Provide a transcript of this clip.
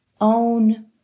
own